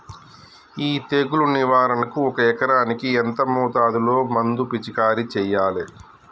ఈ తెగులు నివారణకు ఒక ఎకరానికి ఎంత మోతాదులో మందు పిచికారీ చెయ్యాలే?